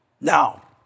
Now